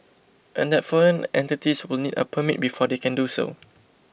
and that foreign entities will need a permit before they can do so